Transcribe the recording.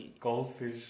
Goldfish